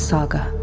Saga